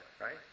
right